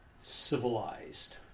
civilized